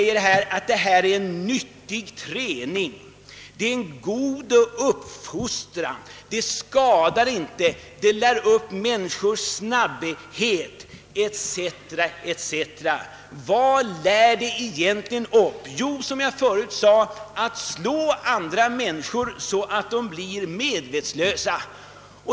Det har i dag sagts att boxning är en nyttig träning, en god uppfostran, att den inte skadar och att den tränar upp snabba reaktioner hos människorna. Vad är det då egentligen man lär sig? Jo, som jag förut sade, att slå andra människor medvetslösa.